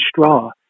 straw